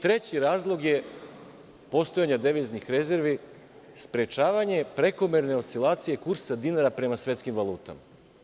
Treći razlog je postojanje deviznih rezervi, sprečavanje prekomerne oscilacije kursa dinara prema svetskim valutama.